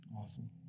Awesome